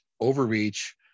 overreach